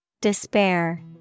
Despair